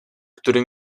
który